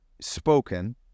spoken